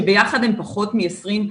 שביחד הן פחות מ-20,